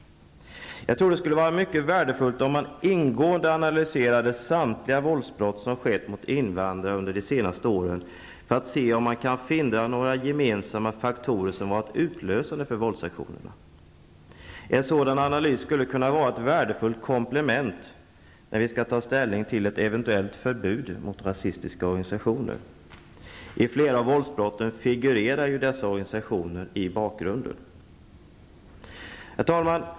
Jag tror det skulle vara mycket värdefullt om man ingående analyserade samtliga våldsbrott som skett mot invandrare under de senaste åren för att se om man kan finna några gemensamma faktorer som varit utlösande för våldsaktionerna. En sådan analys skulle kunna vara ett värdefullt komplement när vi skall ta ställning till ett eventuellt förbud mot rasistiska organisationer. I flera av våldsbrotten figurerar dessa organisationer i bakgrunden. Herr talman!